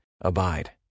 Abide